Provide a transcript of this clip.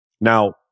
Now